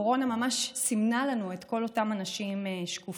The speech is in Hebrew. הקורונה ממש סימנה לנו את כל אותם אנשים שקופים.